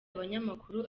abanyamakuru